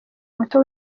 muto